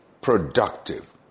productive